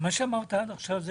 מה שאמרת עד עכשיו זה